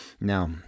Now